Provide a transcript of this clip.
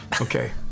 Okay